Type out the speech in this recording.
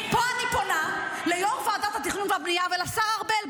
פה אני פונה ליו"ר ועדת התכנון והבנייה ולשר ארבל,